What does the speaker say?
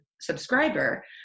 subscriber